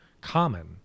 common